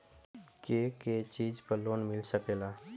के के चीज पर लोन मिल सकेला?